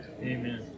Amen